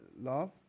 love